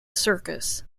circus